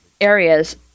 areas